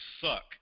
suck